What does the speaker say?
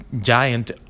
giant